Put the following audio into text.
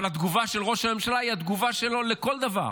אבל התגובה של ראש הממשלה היא התגובה שלו לכל דבר.